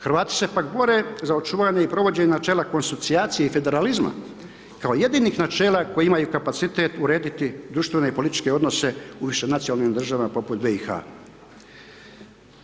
Hrvati se pak bore za očuvanje i provođenje načela konsocijacije i federalizma kao jedinih načela koji imaju kapacitete urediti društvene i političke odnose u višenacionalnim državama poput BiH-a.